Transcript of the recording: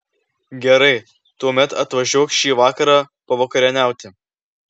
gerai tuomet atvažiuok šį vakarą pavakarieniauti